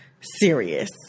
serious